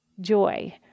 joy